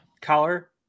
collar